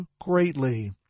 greatly